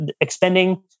expending